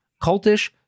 cultish